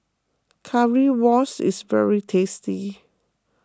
Currywurst is very tasty